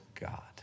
God